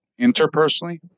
interpersonally